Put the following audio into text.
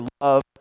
love